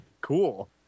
Cool